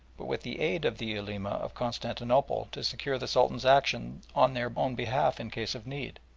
but with the aid of the ulema of constantinople to secure the sultan's action on their own behalf in case of need.